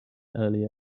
earlier